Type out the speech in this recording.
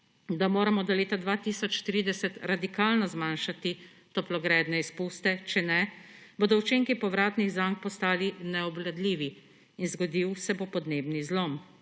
da moramo do leta 2030 radikalno zmanjšati toplogredne izpuste, v nasprotnem primeru bodo učinki povratnih zank postali neobvladljivi in zgodil se bo podnebni zlom;